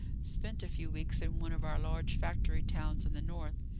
spent a few weeks in one of our large factory towns in the north.